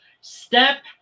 Step